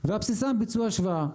ועל בסיסם ביצעו השוואה.